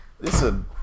Listen